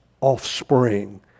offspring